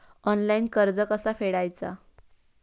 Online कर्ज कसा फेडायचा?